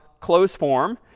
close form,